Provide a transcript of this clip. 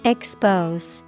Expose